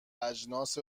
اجناس